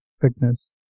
fitness